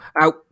out